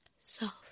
soft